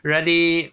really